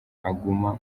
aguma